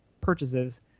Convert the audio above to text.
purchases